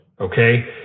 Okay